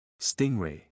Stingray